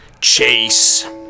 Chase